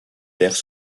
terres